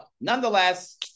nonetheless